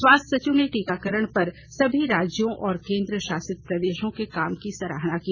स्वास्थ्य सचिव ने टीकाकरण पर सभी राज्यों और केन्द्रशासित प्रदेशों के काम की सराहना की